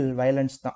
violence